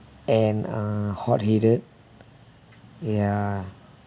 and uh hot headed ya